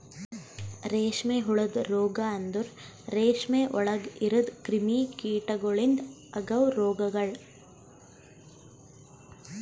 ರೇಷ್ಮೆ ಹುಳದ ರೋಗ ಅಂದುರ್ ರೇಷ್ಮೆ ಒಳಗ್ ಇರದ್ ಕ್ರಿಮಿ ಕೀಟಗೊಳಿಂದ್ ಅಗವ್ ರೋಗಗೊಳ್